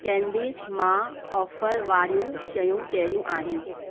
candies मां offer वारियूं शयूं कहिड़ियूं आहिनि